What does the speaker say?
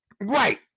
right